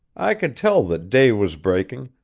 i could tell that day was breaking,